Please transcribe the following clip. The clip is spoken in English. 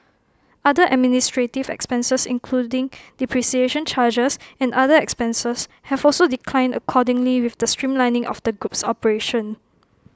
other administrative expenses including depreciation charges and other expenses have also declined accordingly with the streamlining of the group's operations